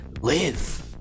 live